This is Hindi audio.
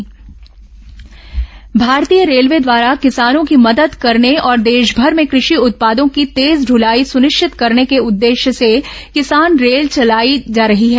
किसान रेल भारतीय रेलवे द्वारा किसानों की मदद करने और देशभर में कृषि उत्पादों की तेज दुलाई सुनिश्चित करने के उद्देश्य से किसान रेल चलाई जा रही है